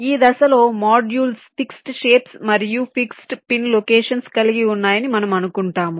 ఈ దశలో modules fixed shapes మరియు ఫిక్స్డ్ పిన్ లొకేషన్స్ కలిగి ఉన్నాయని మనము అనుకుంటాము